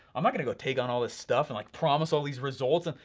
i'm not gonna go take on all this stuff and like promise all these results,